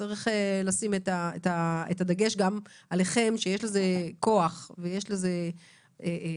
לשים את הדגש גם עליכם שיש לזה כוח ויש לזה הרתעה,